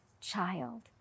child